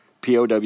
POW